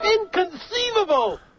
Inconceivable